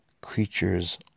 Creatures